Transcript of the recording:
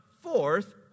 fourth